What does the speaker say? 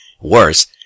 worse